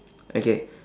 okay